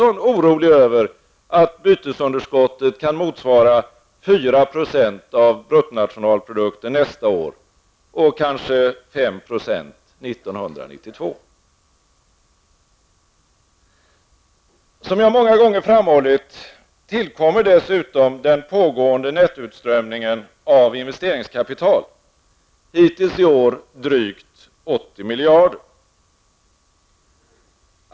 Är inte Hans Gustafsson orolig över att bytesunderskottet kan motsvara 4 % av BNP nästa år och kanske 5 % 1992? Som jag många gånger framhållit, tillkommer dessutom den pågående nettoutströmningen av investeringskapital -- hittills i år drygt 80 miljarder.